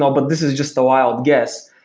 um but this is just a wild guess,